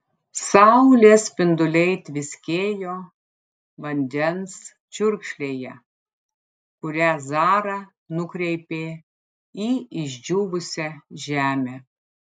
saulės spinduliai tviskėjo vandens čiurkšlėje kurią zara nukreipė į išdžiūvusią žemę